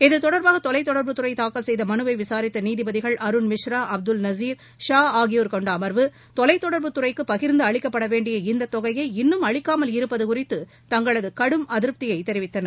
இது தொடர்பாக தொலை தொடர்புத்துறை தாக்கல் செய்த மனுவை விசாரித்த நீதிபதிகள் அருண் மிஸ்ரா அப்துல் நஷீர் ஷா ஆகியோர் கொண்ட அம்பவு தொலை தொடர்புத்துறைக்கு பகிரந்து அளிக்கபடவேண்டிய இந்த தொகையை இன்னும் அளிக்காமல் இருப்பது குறித்து தங்களது கடும் அதிருப்தியை தெரிவித்தனர்